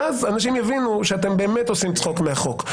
ואז אנשים יבינו שאתם באמת עושים צחוק מהחוק.